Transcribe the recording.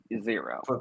zero